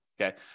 Okay